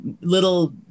little